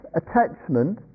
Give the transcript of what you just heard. attachment